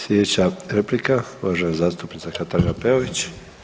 Sljedeća replika uvaženi zastupnica Katarina Peović.